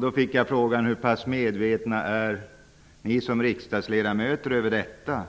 Då fick jag frågan: Hur pass medvetna är ni riksdagsledamöter om detta,